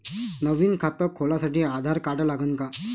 नवीन खात खोलासाठी आधार कार्ड लागन का?